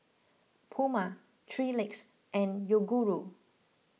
Puma three Legs and Yoguru